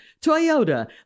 Toyota